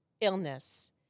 illness